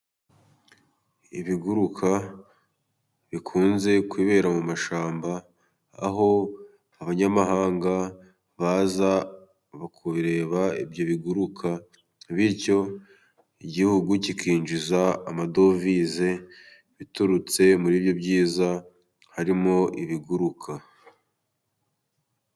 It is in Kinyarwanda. Ibiguruka bikunze kwibera mu mashyamba, aho abanyamahanga baza kureba ibyo biguruka. Bityo Igihugu kikinjiza amadovize biturutse muri ibyo byiza, harimo ibiguruka.